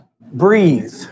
Breathe